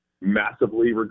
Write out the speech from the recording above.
massively